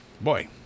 Boy